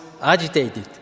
agitated